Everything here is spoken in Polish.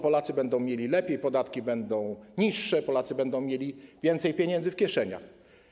Polacy będą mieli lepiej, podatki będą niższe, Polacy będą mieli więcej pieniędzy w kieszeniach.